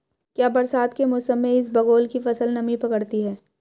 क्या बरसात के मौसम में इसबगोल की फसल नमी पकड़ती है?